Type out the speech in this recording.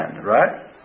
right